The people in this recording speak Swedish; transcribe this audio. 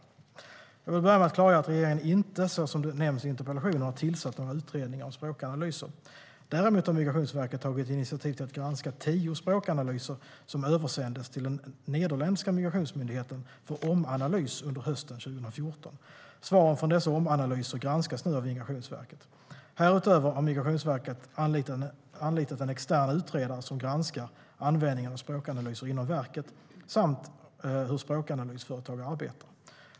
Jag vill börja med att klargöra att regeringen inte, så som nämns i interpellationen, har tillsatt några utredningar om språkanalyser. Däremot har Migrationsverket tagit initiativ till att granska tio språkanalyser. De översändes till den nederländska migrationsmyndigheten för omanalys under hösten 2014. Svaren från dessa omanalyser granskas nu av Migrationsverket. Härutöver har Migrationsverket anlitat en extern utredare som granskar användningen av språkanalyser inom verket samt hur språkanalysföretag arbetar.